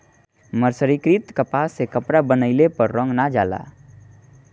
मर्सरीकृत कपास से कपड़ा बनइले पर रंग ना जाला